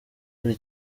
buri